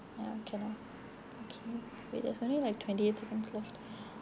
ya okay lah okay wait there's only like twenty eight seconds left